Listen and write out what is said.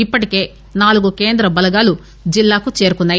ఇప్పటికే నాలుగు కేంద్ర బలగాలు జిల్లాకు చేరుకున్నాయి